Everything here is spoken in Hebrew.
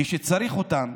כשצריך אותם,